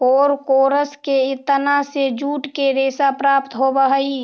कोरकोरस के तना से जूट के रेशा प्राप्त होवऽ हई